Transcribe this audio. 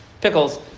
pickles